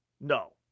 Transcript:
No